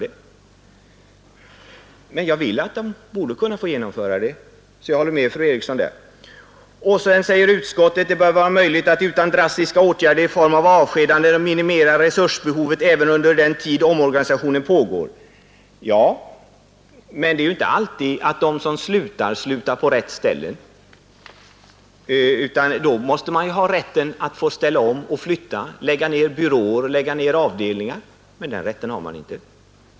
Där håller jag alltså med fru Eriksson. Utskottet skriver på s. 6 i sitt betänkande: ”Med utnyttjande av den elasticitet som utmärker personalorganisationen bör det enligt utskottet vara möjligt att utan drastiska åtgärder i form av avskedanden m.m. minimera resursbehovet även under den tid omorganisationen pågår.” Men det är ju inte alltid att de som avgår slutar på rätt ställe. Och då måste man ha rätt att ställa om och flytta samt att lägga ned byråer och avdelningar. Men den rätten har verket inte.